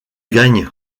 gagne